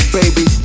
baby